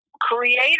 creator